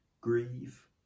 Grieve